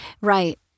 Right